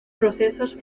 procesos